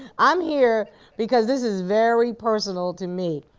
i'm here because this is very personal to me.